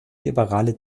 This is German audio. liberale